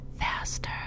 faster